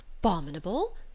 Abominable